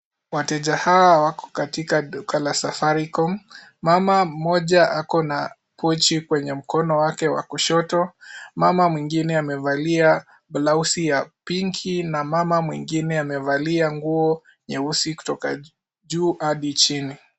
Wateja hawa wako katika duka la Safaricom. Mama mmoja ako na pochi kwenye mkono wake wa kushoto, mama mwingine amevalia blauzi ya pinki na mama mwingine amevalia nguo nyeusi kutoka juu hadi chini.